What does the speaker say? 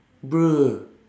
bruh